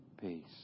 peace